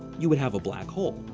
you would have a black hole.